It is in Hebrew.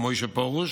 רבי משה פרוש,